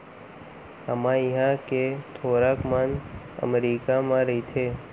हमर इहॉं के थोरक मन अमरीका म रइथें